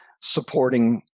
supporting